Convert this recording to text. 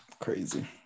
crazy